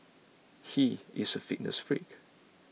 he is a fitness freak